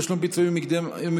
תשלום פיצויים ומקדמות